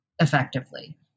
effectively